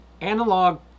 analog